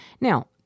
Now